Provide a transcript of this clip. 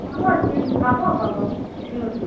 পাব পাব পাব চিয়'ৰ